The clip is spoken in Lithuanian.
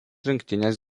rinktinės